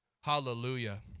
Hallelujah